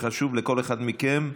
שחשוב לכל אחד מכם,